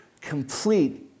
complete